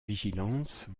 vigilance